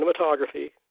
Cinematography